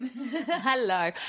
hello